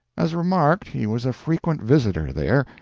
as remarked, he was a frequent visitor there,